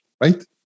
right